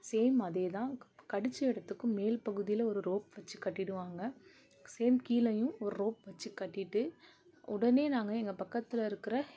same அதே தான் கடித்த இடத்துக்கும் மேல் பகுதியில் ஒரு ரோப் வச்சி கட்டிடுவாங்க சேம் கீழையும் ஒர் ரோப் வச்சி கட்டிட்டு உடனே நாங்கள் எங்கள் பக்கத்தில் இருக்கிற